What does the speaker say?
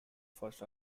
first